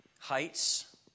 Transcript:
heights